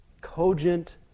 cogent